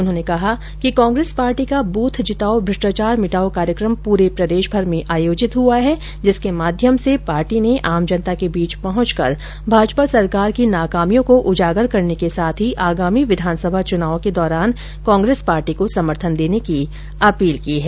उन्होंने कहा कि कांग्रेस पार्टी का बूथ जिताओ भ्रष्टाचार मिटाओ कार्यक्रम पूरे प्रदेशभर में आयोजित हुआ है जिसके माध्यम से कांग्रेस ने आमजनता के बीच पहॅचकर भाजपा सरकार की नाकामियों को उजागर करने के साथ ही आगामी विधानसभा चुनाव के दौरान कांग्रेस पार्टी को समर्थन देने की अपील की है